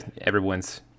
everyone's